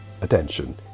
attention